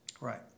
Right